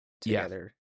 together